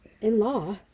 In-law